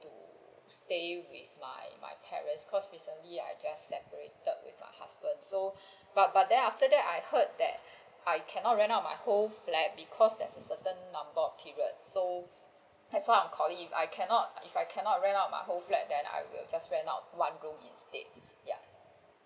to stay with my my parents cos' recently I just separated with my husband so but but then after that I heard that I cannot rent out my whole flat because there is a certain number of period so that's why I am calling if I cannot if I cannot rent out my whole flat then I will just rent out one room instead